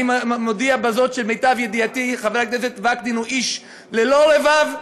אני מודיע בזאת שלמיטב ידיעתי חבר הכנסת וקנין הוא איש ללא רבב,